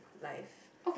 life